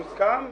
מוסכם?